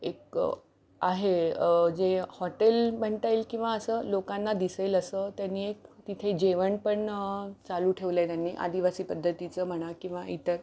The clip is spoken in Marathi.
एक आहे जे हॉटेल म्हणता येईल किंवा असं लोकांना दिसेल असं त्यांनी एक तिथे जेवण पण चालू ठेवलं आहे त्यांनी आदिवासी पद्धतीचं म्हणा किंवा इतर